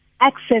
access